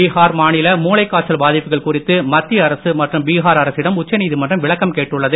பீஹார் மாநில மூளைக் காய்ச்சல் பாதிப்புகள் குறித்து மத்திய அரசு மற்றும் பீஹார் அரசிடம் உச்சநீதிமன்றம் விளக்கம் கேட்டுள்ளது